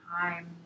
time